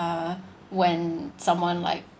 uh when someone like